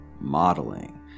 modeling